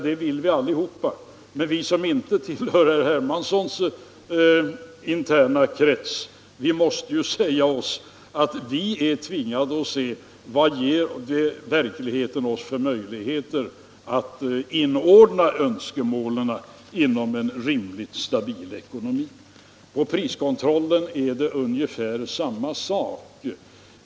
Det vill vi i och för sig allihopa, men vi som inte tillhör herr Hermanssons interna krets måste säga oss, att vi är tvingade att se vad verkligheten ger oss för möjligheter att inordna önskemålen inom en rimligt stabil ekonomi. Med priskontrollen är det ungefär samma sak.